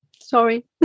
Sorry